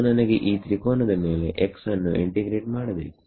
so ನನಗೆ ಈ ತ್ರಿಕೋನದ ಮೇಲೆ x ನ್ನು ಇಂಟಿಗ್ರೇಟ್ ಮಾಡಬೇಕು